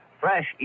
Fresh